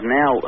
now